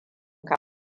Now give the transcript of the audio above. ka